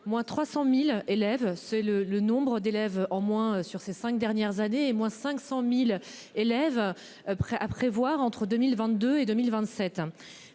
moins 300.000 élèves c'est le le nombre d'élèves en moins sur ces 5 dernières années et moins 500.000 élèves prêts à prévoir entre 2022 et 2027.